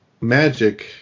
Magic